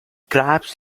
crabs